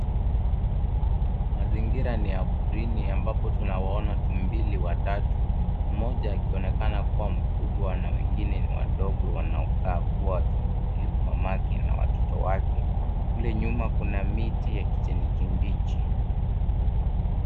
Mazingira ni ya porini ambapo tunawaona tumbili watatu, mmoja akionekana kua mkubwa na wengine ni wadogo wanaokaa kua tumbili mamake na watoto wake. Kule nyuma kuna miti ya kijani kibichi.